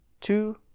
Two